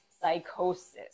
psychosis